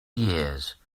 years